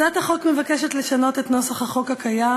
הצעת החוק מבקשת לשנות את נוסח החוק הקיים,